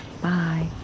Bye